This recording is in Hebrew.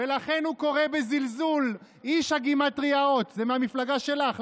ולכן הוא קורא בזלזול "איש הגימטריות" זה מהמפלגה שלך,